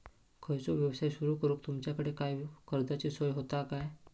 खयचो यवसाय सुरू करूक तुमच्याकडे काय कर्जाची सोय होता काय?